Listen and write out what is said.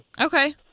Okay